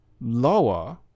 lower